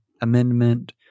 amendment